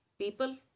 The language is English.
people